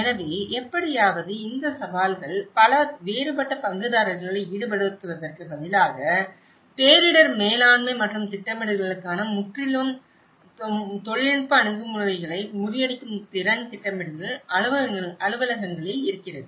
எனவே எப்படியாவது இந்த சவால்கள் பல வேறுபட்ட பங்குதாரர்களை ஈடுபடுத்துவதற்குப் பதிலாக பேரிடர் மேலாண்மை மற்றும் திட்டமிடலுக்கான முற்றிலும் தொழில்நுட்ப அணுகுமுறைகளை முறியடிக்கும் திறன் திட்டமிடல் அலுவலகங்களில் இருக்கிறது